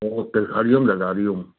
okay हरिओम दादा हरिओम